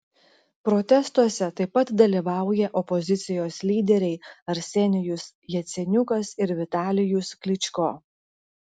protestuose taip pat dalyvauja opozicijos lyderiai arsenijus jaceniukas ir vitalijus klyčko